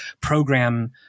program